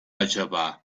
acaba